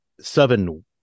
seven